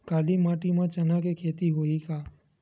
काली माटी म चना के खेती होही का?